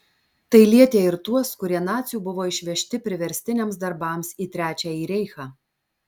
tai lietė ir tuos kurie nacių buvo išvežti priverstiniams darbams į trečiąjį reichą